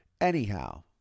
Anyhow